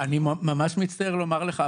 ממש מצטער לומר לך,